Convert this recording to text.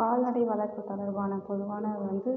கால்நடை வளர்ப்பு தொடர்பான பொதுவானது வந்து